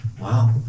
Wow